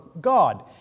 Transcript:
God